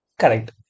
Correct